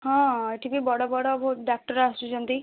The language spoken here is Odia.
ହଁ ଏଠିକି ବଡ଼ ବଡ଼ ବହୁତ ଡାକ୍ତର ଆସୁଛନ୍ତି